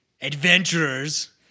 adventurers